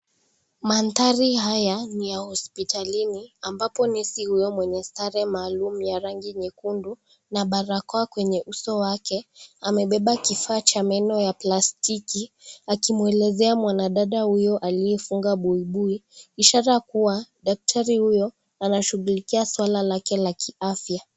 Mandhari haya ni ya hospitalini ambapo nesi huyo mwenye sare maalum ya rangi nyekundu na barakoa kwenye uso wake amebeba kifaa cha meno ya plastiki, akimwelezea mwana dada huyu aliyefinga buibui ishara kuwa daktari huyo anashugulikia swala lake la kiafya.